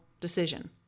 decision